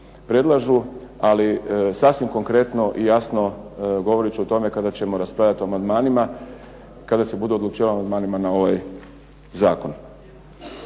Ali sasvim konkretno i jasno govorit ću o tome kada ćemo raspravljati o amandmanima, kada se bude odlučivalo o amandmanima na ovaj zakon.